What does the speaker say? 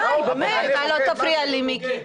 אתה לא תפריע לי, מיקי.